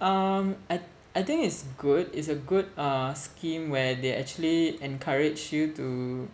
um I I think it's good it's a good uh scheme where they actually encourage you to